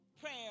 Prayer